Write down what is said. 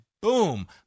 boom